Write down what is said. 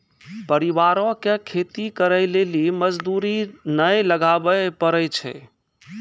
परिवारो के खेती करे लेली मजदूरी नै लगाबै पड़ै छै